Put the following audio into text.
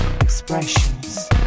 expressions